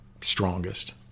strongest